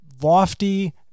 lofty